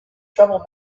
trouble